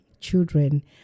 children